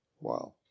wow